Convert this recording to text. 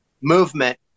movement